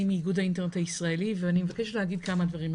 אני מאגוד נטיקה הישראלי ואני אבקש להגיד כמה דברים.